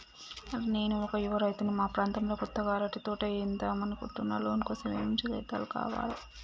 నేను ఒక యువ రైతుని మా ప్రాంతంలో కొత్తగా అరటి తోట ఏద్దం అనుకుంటున్నా లోన్ కోసం ఏం ఏం కాగితాలు కావాలే?